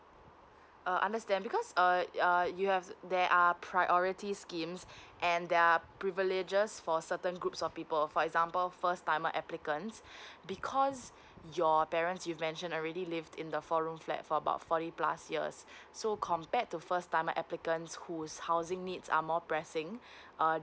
uh understand because uh uh you have there are priority schemes and there are privileges for certain groups of people for example first timer applicants because your parents you mention already lived in the four room flat for about forty plus years so compared to first timer applicants whose housing needs are more pressing uh